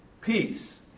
peace